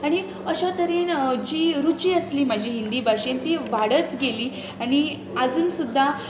आनी अशा तरेन जी रूची आसली म्हजी हिंदी भाशेन ती वाडत गेली आनी आजून सुद्दां